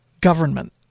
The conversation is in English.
government